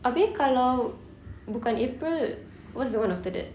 abeh kalau bukan april what's the on after that